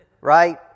Right